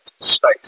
space